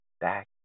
back